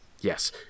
yes